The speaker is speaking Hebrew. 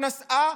ונסעה,